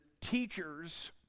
teachers